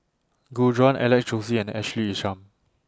Gu Juan Alex Josey and Ashley Isham